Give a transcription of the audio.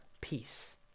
peace